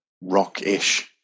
rock-ish